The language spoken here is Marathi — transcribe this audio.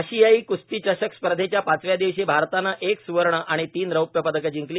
आशियाई क्स्ती चषक स्पर्धेच्या पाचव्या दिवशी भारतानं एक स्वर्ण आणि तीन रौप्य पदकं जिंकली